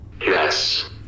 Yes